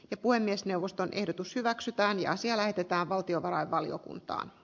ikäpuhemiesneuvoston ehdotus hyväksytään ja asia lähetetään valtiovarainvaliokuntaan